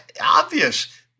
obvious